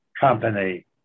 company